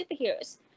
superheroes